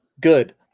good